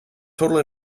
total